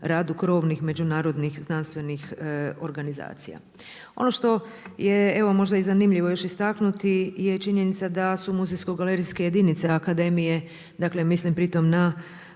radu krovnih međunarodnih znanstvenih organizacija. Ono što je možda zanimljivo još istaknuti je činjenica da su muzejsko-galerijske jedinice akademije, dakle mislim pri tom na